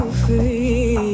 free